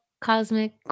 cosmic